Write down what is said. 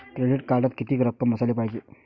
Credit कार्डात कितीक रक्कम असाले पायजे?